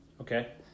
Okay